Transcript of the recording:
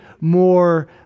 more